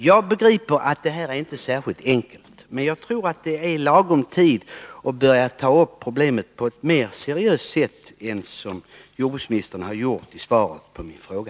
Jag begriper att det här inte är särskilt enkelt, men jag tror att det är tid att på allvar börja ta upp dessa resonemang på ett mera seriöst sätt än jordbruksministern gjort i svaret på min fråga.